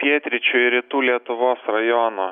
pietryčių ir rytų lietuvos rajonų